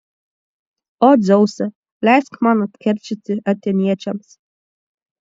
o dzeuse leisk man atkeršyti atėniečiams